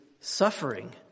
suffering